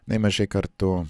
nemažai kartu